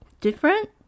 different